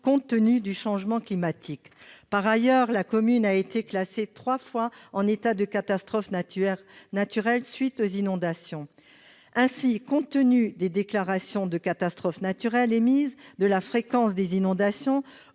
du fait du changement climatique. Par ailleurs, cette commune a été classée trois fois en état de catastrophe naturelle à la suite d'inondations. Compte tenu des déclarations de catastrophe naturelle intervenues et de la fréquence des inondations,